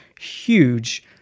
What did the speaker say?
huge